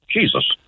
Jesus